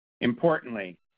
Importantly